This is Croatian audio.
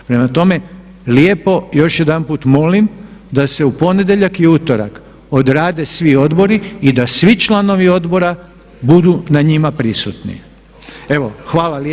Prema tome lijepo još jedanput molim da se u ponedjeljak i utorak odrade svi odbori i da svi članovi odbora budu na njima prisutni.